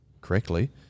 correctly